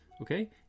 Okay